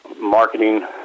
marketing